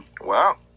Wow